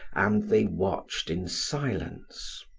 and they watched in silence.